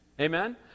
Amen